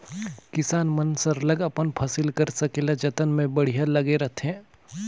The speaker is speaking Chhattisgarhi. किसान मन सरलग अपन फसिल कर संकेला जतन में बड़िहा लगे रहथें